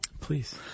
Please